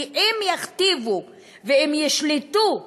כי אם יכתיבו ואם ישלטו בתקשורת,